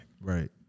Right